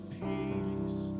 peace